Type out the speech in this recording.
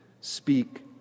Speak